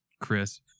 Chris